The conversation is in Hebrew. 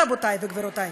רבותי וגבירותי,